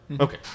Okay